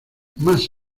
más